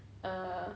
err